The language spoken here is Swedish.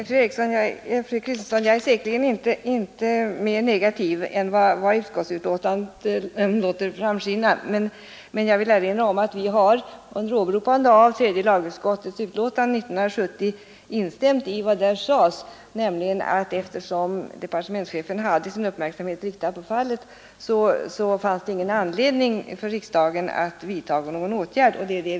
Herr talman! Nej, fru Kristensson, jag är säkerligen inte mera negativ än vad utskottsbetänkandet låter framskymta, men jag vill erinra om att utskottet under åberopande av tredje lagutskottets utlåtande 1970 instämt i vad där sades, nämligen att eftersom departementschefen har sin uppmärksamhet riktad på fallet, så finns det ingen anledning för riksdagen att vidtaga någon åtgärd.